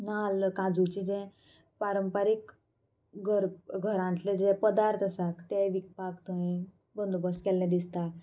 नाल्ल काजूचे जे पारंपारीक घर घरांतले जे पदार्थ आसात तें विकपाक थंय बंदोबस्त केल्ले दिसता